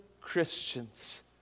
Christians